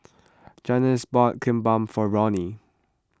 Janis bought Kimbap for Roni